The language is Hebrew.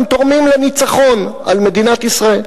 הם תורמים לניצחון על מדינת ישראל.